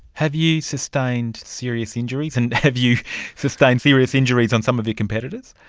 have you sustained serious injuries, and have you sustained serious injuries on some of your competitors?